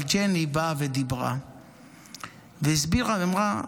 אבל ג'ני באה ודיברה והסבירה, היא אמרה,